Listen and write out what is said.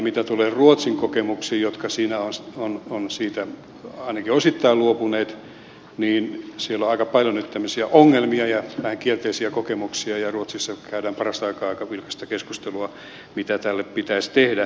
mitä tulee ruotsin kokemuksiin kun ruotsi on siitä ainakin osittain luopunut niin siellä on aika paljon nyt tämmöisiä ongelmia ja vähän kielteisiä kokemuksia ja ruotsissa käydään parasta aikaa aika vilkasta keskustelua mitä tälle pitäisi tehdä